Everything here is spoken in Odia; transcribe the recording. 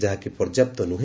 ଯାହାକି ପର୍ଯ୍ୟାପ୍ତ ନୁହେଁ